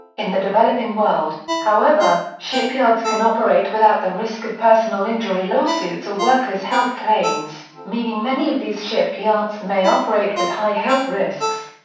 in the developing world, however, shipyards can operate without the risk of personal injury lawsuits or workers' health claims, meaning many of these shipyards may operate with high health risks.